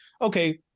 okay